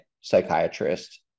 psychiatrist